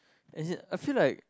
as in I feel like